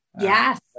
Yes